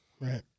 Right